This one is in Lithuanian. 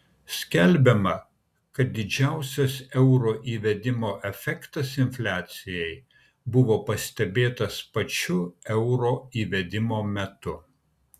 skelbiama kad didžiausias euro įvedimo efektas infliacijai buvo pastebėtas pačiu euro įvedimo metu